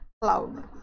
cloud